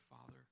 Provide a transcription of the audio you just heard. father